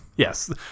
Yes